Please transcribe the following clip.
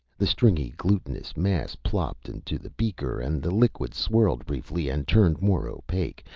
the stringy, glutenous mass plopped into the beaker and the liquid swirled briefly and turned more opaque,